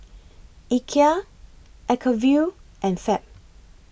Ikea Acuvue and Fab